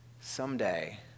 Someday